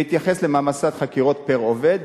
בהתייחס למעמסת חקירות פר-עובד,